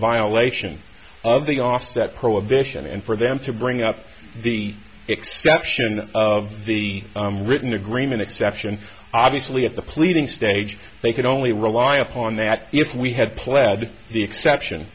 violation of the offset prohibition and for them to bring up the exception of the written agreement exception obviously at the pleading stage they could only rely upon that if we had pled the exception